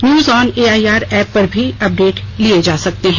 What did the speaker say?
news on AIR app पर भी update लिये जा सकते हैं